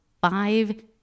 five